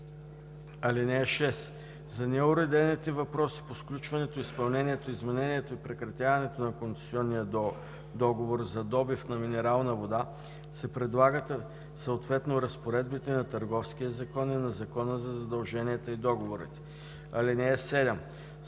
(6) За неуредените въпроси по сключването, изпълнението, изменението и прекратяването на концесионния договор за добив на минерална вода се прилагат съответно разпоредбите на Търговския закон и на Закона за задълженията и договорите. (7) Споровете относно